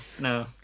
no